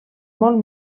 molt